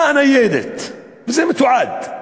באה ניידת, וזה מתועד,